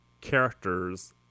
characters